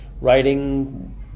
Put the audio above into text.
writing